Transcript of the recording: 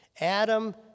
Adam